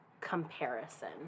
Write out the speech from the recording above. comparison